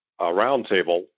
roundtable